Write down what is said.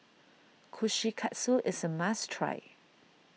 Kushikatsu is a must try